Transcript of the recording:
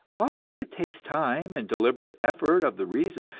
always it takes time, and deliberate effort of the reason,